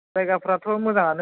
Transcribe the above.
जायगाफ्राथ' मोजांआनो